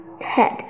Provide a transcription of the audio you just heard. head